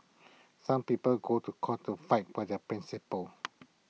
some people go to court to fight for their principles